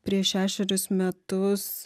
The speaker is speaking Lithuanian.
prieš šešerius metus